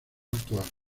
actual